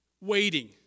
waiting